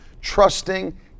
Trusting